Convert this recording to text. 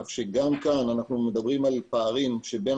כך שגם כאן אנחנו מדברים על פערים שבין